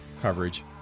coverage